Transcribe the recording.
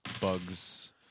bugs